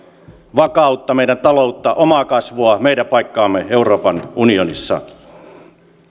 vakautta meidän taloutta omaa kasvua meidän paikkaamme euroopan unionissa